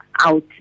out